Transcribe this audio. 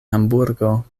hamburgo